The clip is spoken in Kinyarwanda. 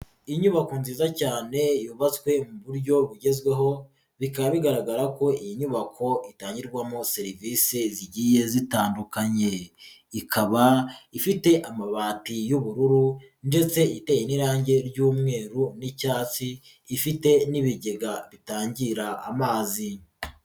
Inyubako nziza cyane yubatswe mu buryo bugezweho bikaba bigaragara ko iyi nyubako itangirwamo serivisi zigiye zitandukanye, ikaba ifite amabati y'ubururu ndetse iteye n'irangi ry'umweru n'icyatsi ifite n'ibigega bitangira amazi.